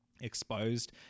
exposed